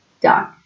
done